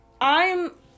I'm-